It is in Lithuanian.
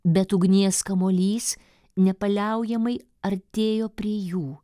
bet ugnies kamuolys nepaliaujamai artėjo prie jų